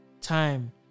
time